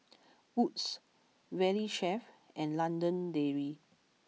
Wood's Valley Chef and London Dairy